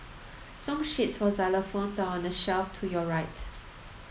song sheets for xylophones are on the shelf to your right